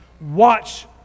watch